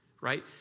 right